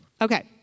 Okay